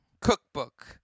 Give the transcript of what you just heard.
cookbook